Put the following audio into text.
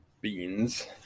beans